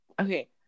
Okay